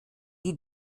die